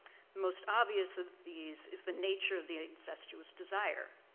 most obvious of these is the nature of the incestuous desire.